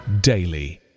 daily